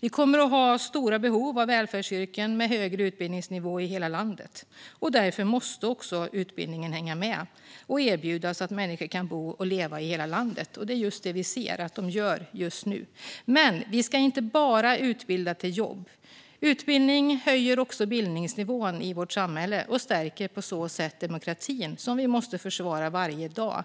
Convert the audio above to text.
Vi kommer att ha stora behov av välfärdsyrken med högre utbildningsnivå i hela landet. Därför måste också utbildningen hänga med och erbjudas på ett sådant sätt att människor kan bo och leva i hela landet. Det är just det som vi ser att de gör just nu. Men vi ska inte bara utbilda till jobb. Utbildning höjer också bildningsnivån i vårt samhälle och stärker på så sätt demokratin, som vi måste försvara varje dag.